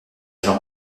jean